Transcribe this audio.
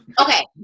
Okay